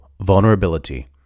vulnerability